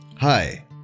Hi